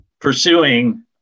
pursuing